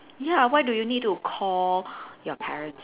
ya why do you need to call your parents